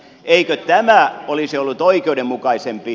eikö tämä olisi ollut oikeudenmukaisempaa